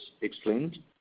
explained